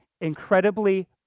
incredibly